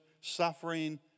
suffering